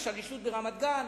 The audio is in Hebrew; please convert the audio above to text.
השלישות ברמת-גן,